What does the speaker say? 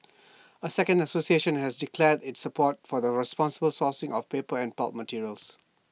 A second association has declared its support for the responsible sourcing of paper and pulp materials